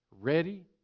ready